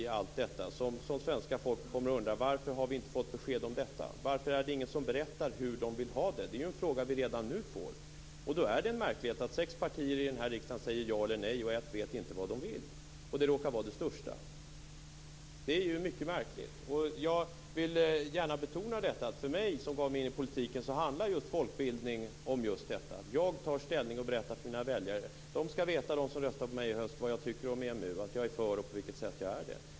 Svenska folket kommer att undra: Varför har vi inte fått besked om detta? Varför är det ingen som berättar hur de vill ha det? Det är en fråga som vi redan nu får. Då är det märkligt att sex partier i riksdagen säger ja eller nej och ett inte vet vad det vill, och det råkar vara det största partiet. Det är mycket märkligt. Jag vill gärna betona att folkbildning för mig som gav mig in i politiken handlar just om detta. Jag tar ställning och berättar för mina väljare. De som röstar på mig skall veta vad jag tycker om EMU, att jag är för EMU och på vilket sätt jag är det.